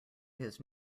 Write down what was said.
his